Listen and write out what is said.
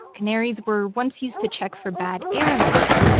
canaries were once used to check for bad air in a mine.